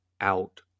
out